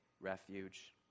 refuge